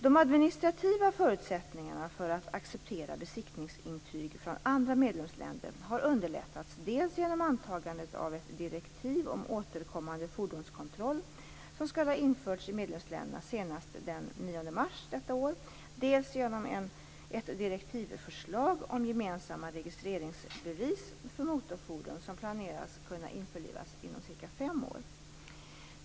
De administrativa förutsättningarna för att acceptera besiktningsintyg från andra medlemsländer har underlättats dels genom antagandet av ett direktiv om återkommande fordonskontroll som skall ha införts i medlemsländerna senast den 9 mars 1998, dels genom ett direktivförslag om gemensamma registreringsbevis för motorfordon som planeras kunna införas om cirka fem år.